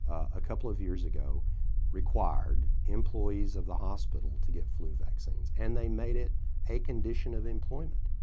a couple of years ago required employees of the hospital to get flu vaccines and they made it a condition of employment.